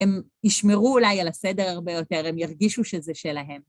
הם ישמרו אולי על הסדר הרבה יותר, הם ירגישו שזה שלהם.